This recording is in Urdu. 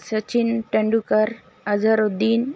سچن تیندلکر اظہر الدین